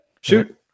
shoot